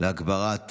להגברת